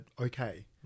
okay